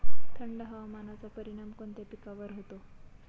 थंड हवामानाचा परिणाम कोणत्या पिकावर होतो?